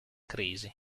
crisi